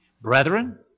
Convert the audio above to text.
Brethren